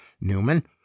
Newman